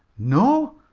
no,